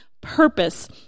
purpose